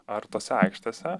ar tose aikštėse